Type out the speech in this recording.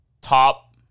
top